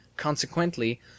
consequently